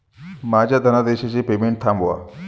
माझ्या धनादेशाचे पेमेंट थांबवा